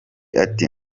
ati